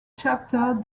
chapter